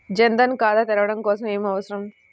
జన్ ధన్ ఖాతా తెరవడం కోసం ఏమి అవసరం?